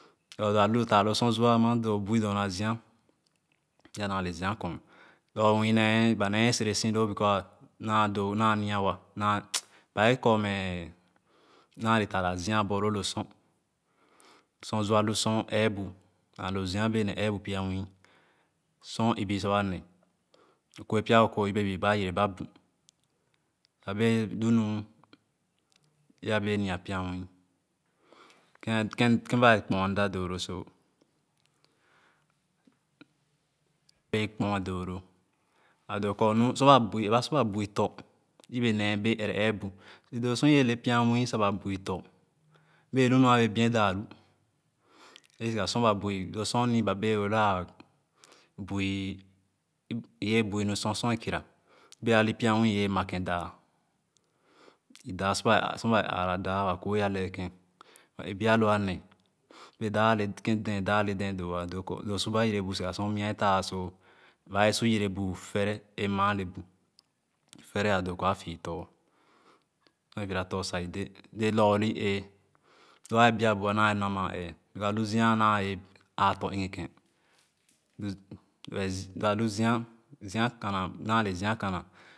Lo a lu bu taalo sor Zua ama lo bui dorna Ziana le Zia kɔn lorgor nwii ba naa le sere si loo naa doo naa nia wa bae kormɛ nale tataa lo Zia a borloo lo sor sor Zua lu Sor eebu alu zia a wɛɛ ne ebu pya nwii sor ebii sa wa nee O kue pya O kooh yebe ba yere ba bu lo bee lu nu ee a bee nia pya nwill ken kèn ba kpoa mda doo lo bee kproa doo lo a doo kor nu eereba sorba bue tɔ̃ yebe nee bee ɛrɛ eebu do sor ebee le pys nuti sa ba bui tɔ̃ bee lu lua been daahu ee siga sor ba bui lo sor ni ba bee wereloo ah bui oyee buinor sor sor kira bee aw pya mwii èbee makèn daah idah sor ba aara daah ba kuɛ a lee kèn ba èbu a lo a ne bee daah aee kèn dēē daah le dee doo doo kor sor ba yerebu sega sor mua a fààh ba bee sor yere bu fɛrɛ a maa Le bu fɛrẹ a doo kor a fii loh sor a fiira foh sa idɛ ye lorlee ee lua bia bua naa wɛɛ lu na maa eeh because alu zia a naa bee aatɔ̃ enghekèn that is lu alu Zia zia kana.